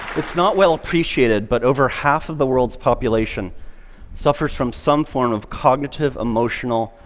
it's not well appreciated, but over half of the world's population suffers from some form of cognitive, emotional,